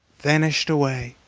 vanished away